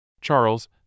Charles